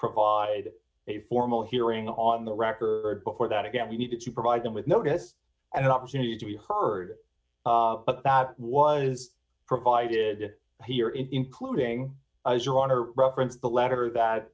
provide a formal hearing on the record before that again we needed to provide them with notice and an opportunity to be heard that was provided here including as your honor referenced the letter that